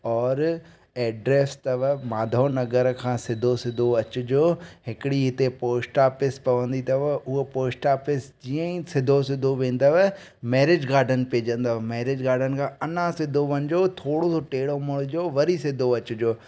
और एड्रेस अथव माधव नगर खां सिधो सिधो अचिजो हिकड़ी हिते पोस्ट ऑफिस पवंदी अथव उहो पोस्ट ऑफिस जीअं ई सिधो सिधो वेंदव मैरेज गार्डन पइजंदव मैरेज गार्डन खां अञा सिधो वञो थोरो टेडो मौड़िजो वरी सिधो अचिजो